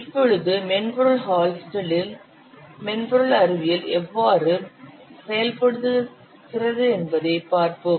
இப்பொழுது மென்பொருளில் ஹால்ஸ்டெட்டின் Halstead's மென்பொருள் அறிவியல் எவ்வாறு செயல்படுகிறது என்பதைப் பார்ப்போம்